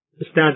stand